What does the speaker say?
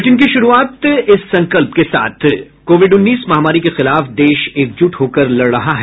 bulletin की शुरूआत से पहले ये संकल्प कोविड उन्नीस महामारी के खिलाफ देश एकजुट होकर लड़ रहा है